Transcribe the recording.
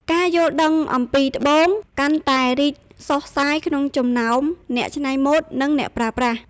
ការយល់ដឹងអំពីត្បូង កាន់តែរីកសុះសាយក្នុងចំណោមអ្នកច្នៃម៉ូដ និងអ្នកប្រើប្រាស់។